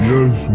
Yes